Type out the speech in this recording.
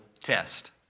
test